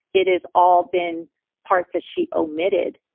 it is all been parts that she admitted.